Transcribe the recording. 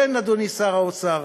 כן, אדוני שר האוצר,